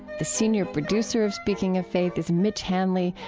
the senior producer of speaking of faith is mitch hanley,